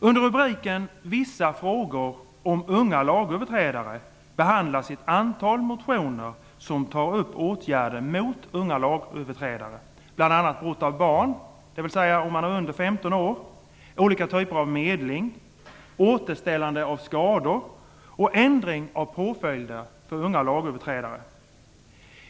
Under rubriken vissa frågor om unga lagöverträdare behandlas ett antal motioner som tar upp åtgärder mot unga lagöverträdare, bl.a. brott begångna av barn under 15 år, olika typer av medling, återställande av skador och ändring av påföljder för unga lagöverträdare.